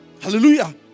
Hallelujah